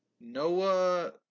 Noah